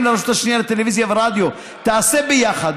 לרשות השנייה לטלוויזיה ולרדיו תיעשה ביחד,